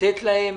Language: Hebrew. לתת להם